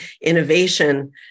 innovation